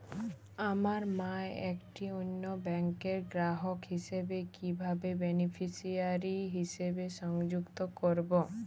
আমার মা একটি অন্য ব্যাংকের গ্রাহক হিসেবে কীভাবে বেনিফিসিয়ারি হিসেবে সংযুক্ত করব?